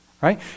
Right